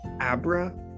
Abra